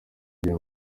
ugiye